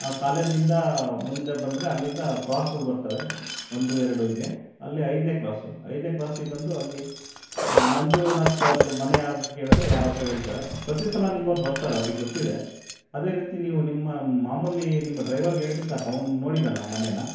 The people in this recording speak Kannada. ಆ ಕಾಲೇಜಿಂದ ಮುಂದೆ ಬಂದರೆ ಅಲ್ಲಿಂದ ಕ್ರಾಸ್ಗಳ್ ಬರ್ತವೆ ಒಂದು ಎರಡು ಹೀಗೆ ಅಲ್ಲಿ ಐದನೇ ಕ್ರಾಸು ಐದನೇ ಕ್ರಾಸಿಗೆ ಬಂದು ಅಲ್ಲಿ ಮಂಜುನಾತ್ ಸರ್ದು ಮನೆ ಯಾವ್ದು ಕೇಳಿದರೆ ಯಾರಾದ್ರು ಹೇಳ್ತಾರೆ ಪ್ರತಿಸಲ ನಿಮ್ಮವ್ರು ಬರ್ತಾರೆ ಅವ್ರಿಗೆ ಗೊತ್ತಿದೆ ಅದೇ ರೀತಿ ನೀವು ನಿಮ್ಮ ಮಾಮೂಲಿ ನಿಮ್ಮ ಡ್ರೈವರ್ಗೆ ಹೇಳಿದರೆ ಸಾಕು ಅವ್ನು ನೋಡಿದ್ದಾನೆ ನಮ್ಮ ಮನೇನ